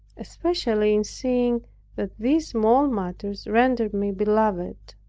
especially in seeing that these small matters rendered me beloved.